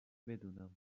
بدونم